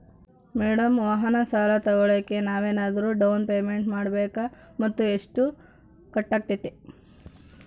Madam ವಾಹನ ಸಾಲ ತೋಗೊಳೋಕೆ ನಾವೇನಾದರೂ ಡೌನ್ ಪೇಮೆಂಟ್ ಮಾಡಬೇಕಾ ಮತ್ತು ಎಷ್ಟು ಕಟ್ಬೇಕಾಗ್ತೈತೆ?